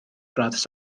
gradd